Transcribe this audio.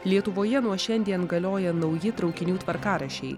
lietuvoje nuo šiandien galioja nauji traukinių tvarkaraščiai